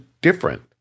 different